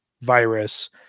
virus